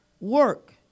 work